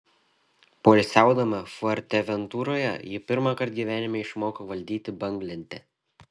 poilsiaudama fuerteventuroje ji pirmąkart gyvenime išmoko valdyti banglentę